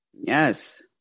Yes